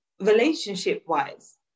relationship-wise